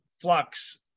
flux